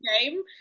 game